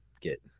get